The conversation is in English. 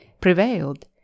prevailed